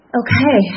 okay